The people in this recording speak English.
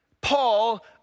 Paul